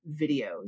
videos